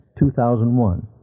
2001